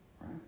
right